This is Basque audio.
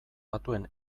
batuen